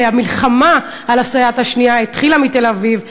המלחמה על הסייעת השנייה התחילה מתל-אביב,